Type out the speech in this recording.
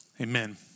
amen